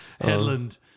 Headland